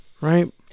right